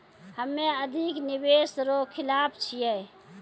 हम्मे अधिक निवेश रो खिलाफ छियै